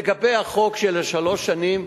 לגבי החוק של שלוש שנים,